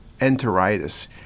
enteritis